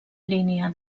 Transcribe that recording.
línia